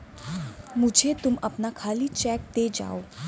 मुझे तुम अपना खाली चेक दे जाओ